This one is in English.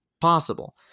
possible